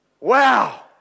Wow